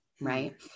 Right